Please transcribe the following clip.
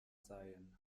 seien